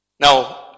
Now